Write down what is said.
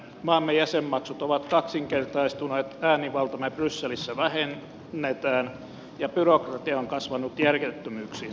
maamme jäsenmaksut ovat kaksinkertaistuneet äänivaltaamme brysselissä vähennetään ja byrokratia on kasvanut järjettömyyksiin